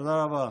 תודה רבה.